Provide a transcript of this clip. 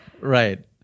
Right